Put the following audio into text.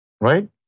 Right